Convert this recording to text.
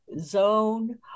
zone